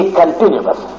continuous